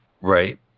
Right